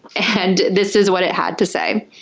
and this is what it had to say.